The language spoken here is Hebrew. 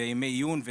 ימי עיון,